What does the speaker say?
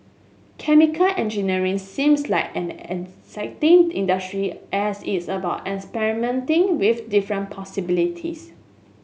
chemical engineering seems like and an exciting industry as it's about experimenting with different possibilities